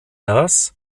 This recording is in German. das